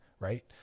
Right